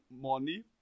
money